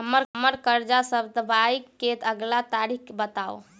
हम्मर कर्जा सधाबई केँ अगिला तारीख बताऊ?